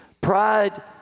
Pride